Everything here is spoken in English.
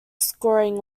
scoring